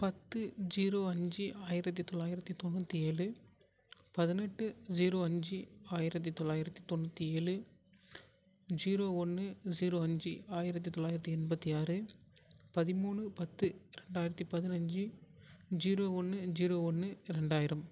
பத்து ஜீரோ அஞ்சு ஆயிரத்தி தொள்ளாயிரத்தி தொண்ணூற்றி ஏழு பதினெட்டு ஜீரோ அஞ்சு ஆயிரத்தி தொள்ளாயிரத்தி தொண்ணூற்றி ஏழு ஜீரோ ஒன்னு ஜீரோ அஞ்சு ஆயிரத்தி தொள்ளாயிரத்தி எண்பத்தி ஆறு பதிமூணு பத்து இரண்டாயிரத்திப் பதினஞ்சு ஜீரோ ஒன்று ஜீரோ ஒன்று இரண்டாயிரம்